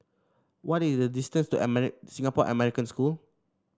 what is the distance to Singapore American School